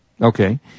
Okay